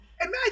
Imagine